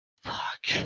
Fuck